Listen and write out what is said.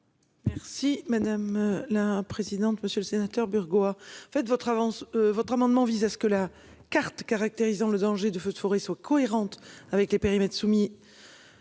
Merci madame la présidente. Monsieur le sénateur Burgos a fait votre avance votre amendement vise à ce que la carte caractérisant le danger de feux de forêt sont cohérentes avec les périmètres soumis.